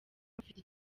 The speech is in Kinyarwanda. bafite